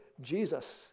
Jesus